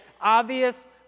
obvious